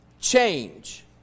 change